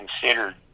considered